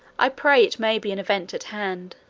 i pray it may be an event at hand.